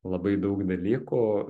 labai daug dalykų